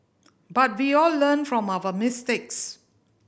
but we all learn from our mistakes